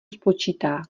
spočítá